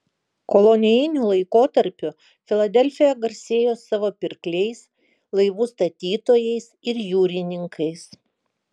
kolonijiniu laikotarpiu filadelfija garsėjo savo pirkliais laivų statytojais ir jūrininkais